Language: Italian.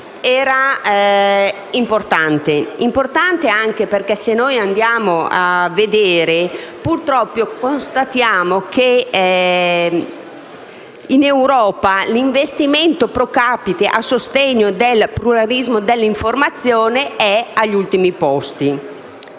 era importante, anche perché, se andiamo a vedere i dati, purtroppo constatiamo che in Europa l'investimento *pro capite* a sostegno del pluralismo dell'informazione è agli ultimi posti.